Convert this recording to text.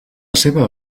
seva